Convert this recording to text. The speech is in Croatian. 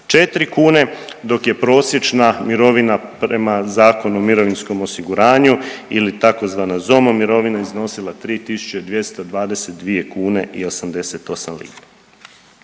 kune dok je prosječna mirovina prema Zakonu o mirovinskom osiguranju ili tzv. ZOMO mirovina iznosila 3.222 kuna i 88 lipa.